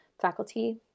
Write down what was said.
faculty